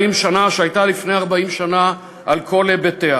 שהייתה לפני 40 שנה, על כל היבטיה,